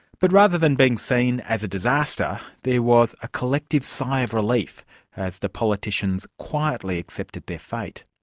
but rather than being seen as a disaster, there was a collective sigh of relief as the politicians quietly accepted their fate.